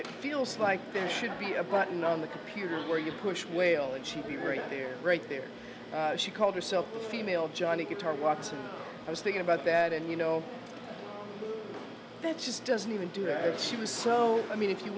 it feels like there should be a button on the computer where you push wail and she'd be right there right there she called herself a female johnny guitar watson i was thinking about that and you know it just doesn't even do it she was so i mean if you